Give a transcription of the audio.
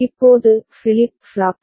இப்போது flip flop B